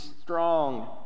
strong